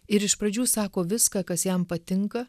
ir iš pradžių sako viską kas jam patinka